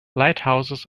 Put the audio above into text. lighthouses